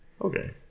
Okay